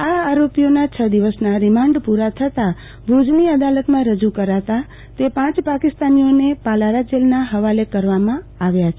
આ આરોપીઓના છ દિવસના રિમાન્ડ પુ રા થતાં ભુજની અદાલતમાં રજુ કરાતા તે પાંચ પાકિસ્તાનીઓને પાલારા જેલના હવાલે કરવામાં આવ્યા છે